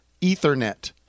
Ethernet